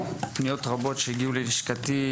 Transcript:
פניות רבות שהגיעו ללשכתי,